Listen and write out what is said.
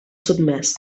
sotmès